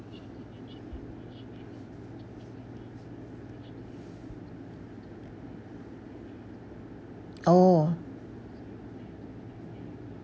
oh